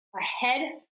ahead